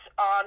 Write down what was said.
on